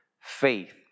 faith